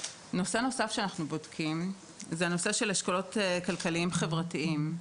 נושא נוסף שאנחנו בודקים זה הנושא של אשכולות כלכליים חברתיים.